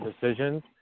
decisions